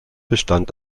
bestand